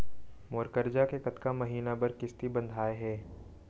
मोर करजा के कतका महीना बर किस्ती बंधाये हे?